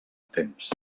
temps